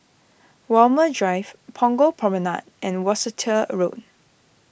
Walmer Drive Punggol Promenade and Worcester Road